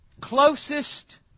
closest